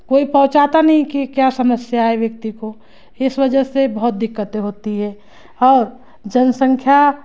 कोई पहुँचाता नहीं कि क्या समस्या है व्यक्ति को इस वजह से बहुत दिक्कतें होती है और जनसंख्या